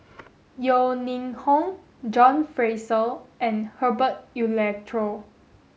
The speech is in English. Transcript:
Yeo Ning Hong John Fraser and Herbert Eleuterio